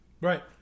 Right